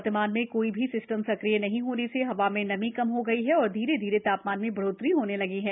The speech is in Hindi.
वर्तमान में कोई भी सिस्टम सक्रिय नहीं होने से हवा में नमी कम हो गई है और धीरे धीरे तापमान में बढ़ोत्तरी होने लगी है